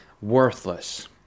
worthless